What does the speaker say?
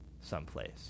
someplace